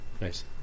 Nice